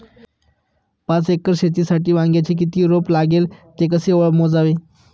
पाच एकर शेतीसाठी वांग्याचे किती रोप लागेल? ते कसे मोजावे?